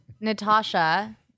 Natasha